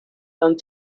and